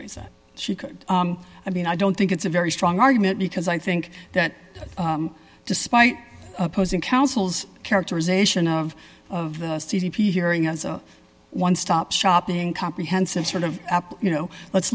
raise that she could i mean i don't think it's a very strong argument because i think that despite opposing counsel's characterization of the c d p hearing as a one stop shopping comprehensive sort of you know let's